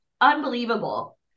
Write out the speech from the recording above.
unbelievable